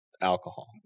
alcohol